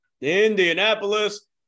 Indianapolis